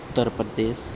उत्तरप्रदेशः